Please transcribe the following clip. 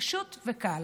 פשוט וקל.